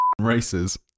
races